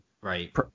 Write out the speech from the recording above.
Right